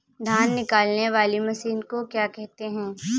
धान निकालने वाली मशीन को क्या कहते हैं?